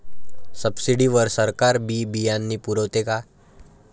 Subsidy वर सरकार बी बियानं पुरवते का?